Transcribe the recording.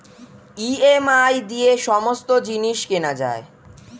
EMI দিয়ে সমস্ত জিনিস কেনা যায়